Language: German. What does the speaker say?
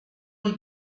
die